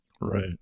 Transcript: Right